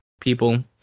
people